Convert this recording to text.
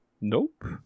nope